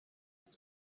turi